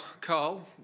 Carl